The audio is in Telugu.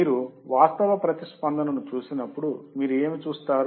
మీరు వాస్తవ ప్రతిస్పందనను చూసినప్పుడు మీరు ఏమి చూస్తారు